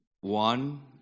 One